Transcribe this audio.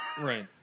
Right